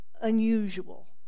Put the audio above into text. unusual